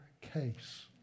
case